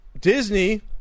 Disney